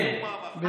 כן, בוודאי.